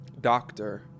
doctor